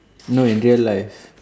no in real life